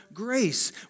grace